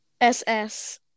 SS